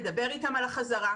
לדבר איתם על החזרה.